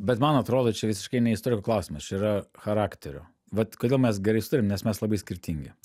bet man atrodo čia visiškai ne istoriko klausimas čia yra charakterio vat kodėl mes gerai sutariam nes mes labai skirtingi